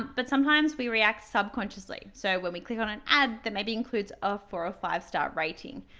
but sometimes we react subconsciously, so when we click on an ad that maybe includes a four or five-star rating.